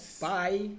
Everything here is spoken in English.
Bye